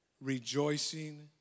rejoicing